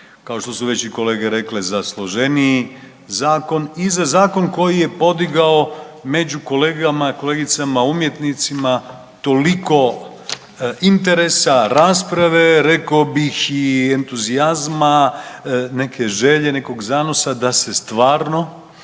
kao što su već i kolege rekle za složeniji zakon i za zakon koji je podigao među kolegama i kolegicama umjetnicima toliko interesa, rasprave, rekao bih i entuzijazma, neke želje, nekog zanosa da se stvarno